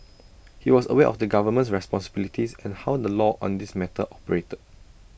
he was aware of the government's responsibilities and how the law on this matter operated